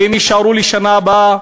והן יישארו לשנה הבאה,